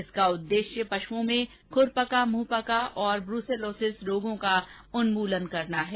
इसका उद्देश्य पशुओं में खुरपका मुंहपका और ब्रसेलोसिस रोगों का उन्मूलन करना है